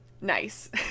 nice